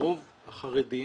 רוב החרדים,